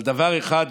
אבל דבר אחד,